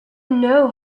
know